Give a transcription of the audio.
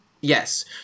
Yes